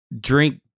drink